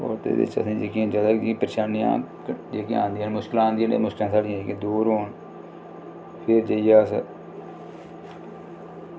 ते होर तेरां चौदां गी जगह गी पहचानेआ ते मुश्कलां आंदियां ते ओह् मुश्कलातां साढ़ियां दूर होन फिर जाइयै अस